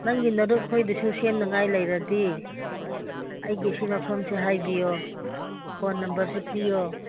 ꯅꯪꯒꯤ ꯅꯔꯨꯞꯈꯣꯏꯗꯁꯨ ꯁꯦꯝꯅꯉꯥꯏ ꯂꯩꯔꯗꯤ ꯑꯩꯒꯤ ꯁꯤ ꯃꯐꯝꯁꯦ ꯍꯥꯏꯕꯤꯌꯣ ꯐꯣꯟ ꯅꯝꯕꯔꯁꯦ ꯄꯤꯌꯣ